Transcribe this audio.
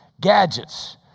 gadgets